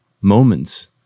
moments